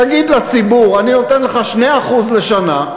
תגיד לציבור: אני נותן לך 2% לשנה,